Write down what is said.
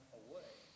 away